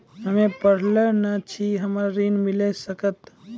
हम्मे पढ़ल न छी हमरा ऋण मिल सकत?